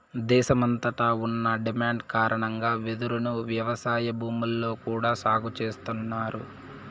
దేశమంతట ఉన్న డిమాండ్ కారణంగా వెదురును వ్యవసాయ భూముల్లో కూడా సాగు చేస్తన్నారు